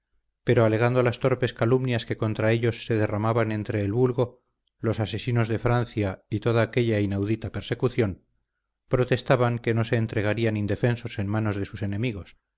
pero alegando las torpes calumnias que contra ellos se derramaban entre el vulgo los asesinatos de francia y toda aquella inaudita persecución protestaban que no se entregarían indefensos en manos de sus enemigos